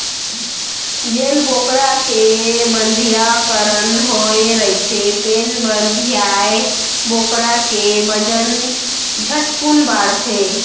जेन बोकरा के बधियाकरन होए रहिथे तेन बधियाए बोकरा के बजन झटकुन बाढ़थे